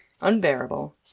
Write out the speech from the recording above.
Unbearable